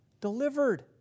delivered